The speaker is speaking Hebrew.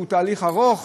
שהוא תהליך ארוך,